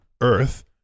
Earth